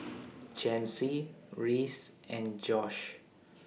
Chancy Reese and Josh